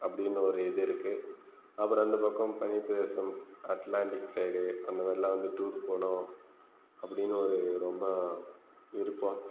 அப்படின்னு ஒரு இது இருக்கு அப்புறம் அந்த பக்கம் பனிப்பிரதேசம் அட்லாண்டிக் சைட் அந்த மாதிரிலாம் வந்து டூர் போகணும் அப்படின்னு ஒரு ரொம்ப விருப்பம்